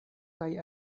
kaj